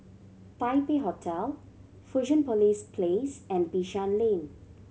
Taipei Hotel Fusionopolis Place and Bishan Lane